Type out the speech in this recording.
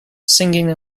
singing